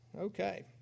Okay